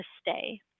stay